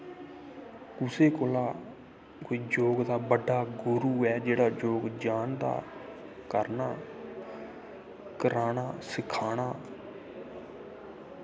कुसे कोला कोई योग दा बड्डा गुरु ऐ जेह्ड़ा योग जानदा करना कराना सखाना